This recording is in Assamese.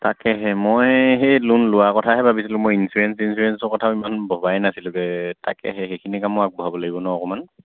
তাকেহে মই সেই লোন লোৱাৰ কথাহে ভাবিছিলোঁ মই ইঞ্চুৰেঞ্চ ছিনঞ্চুৰেঞ্চৰ কথাও ইমান ভবাই নাছিলোঁ তাকেহে সেইখিনি কামো আগবঢ়াব লাগিব ন অকণমান